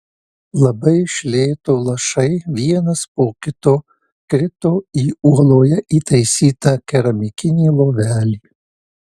labai iš lėto lašai vienas po kito krito į uoloje įtaisytą keramikinį lovelį